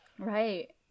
Right